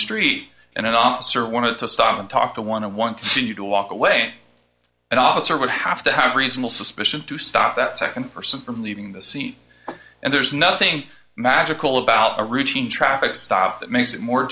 street and an officer wanted to stop and talk to one and want you to walk away an officer would have to have reasonable suspicion to stop that second person from leaving the scene and there's nothing magical about a routine traffic stop that makes it more